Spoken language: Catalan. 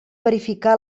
verificar